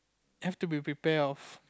have to be prepare of